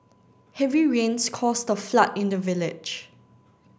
heavy rains caused a flood in the village